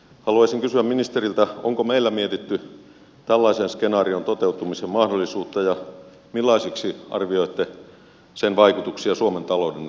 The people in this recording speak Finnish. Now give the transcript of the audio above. haluaisin kysyä ministeriltä onko meillä mietitty tällaisen skenaarion toteutumisen mahdollisuutta ja millaisiksi arvioitte sen vaikutuksia suomen talouden näkökulmasta